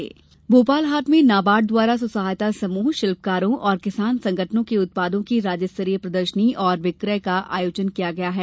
नाबार्ड भोपाल हाट में नाबार्ड द्वारा स्व सहायता समूह शिल्पकारों और किसान संगठनों के उत्पादों की राज्य स्तरीय प्रदर्शनी और विकय का आयोजन किया गया है